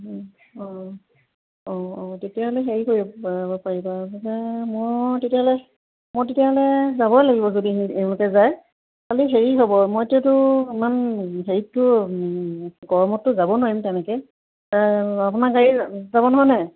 অঁ অঁ তেতিয়াহ'লে হেৰি কৰিব পাৰিবা মানে মই তেতিয়াহ'লে মই তেতিয়াহ'লে যাবই লাগিব যদি এওঁলোকে যায় খালী হেৰি হ'ব মই এতিয়াতো ইমান হেৰিততো গৰমততো যাব নোৱাৰিম তেনেকৈ আপোনাৰ গাড়ী যাব নহয়নে